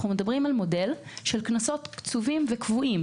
אנחנו מדברים על מודל של קנסות קצובים וקבועים